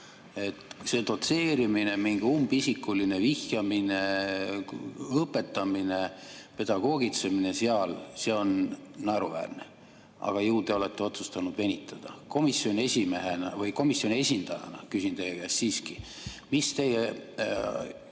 See dotseerimine, mingi umbisikuline vihjamine, õpetamine, pedagoogitsemine – see on naeruväärne. Aga ju te olete otsustanud venitada. Küsin teie kui komisjoni esindaja käest siiski, mis teie